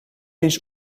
eens